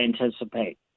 anticipate